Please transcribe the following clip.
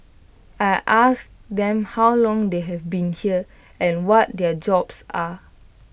I asked them how long they have been here and what their jobs are